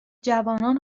جوانان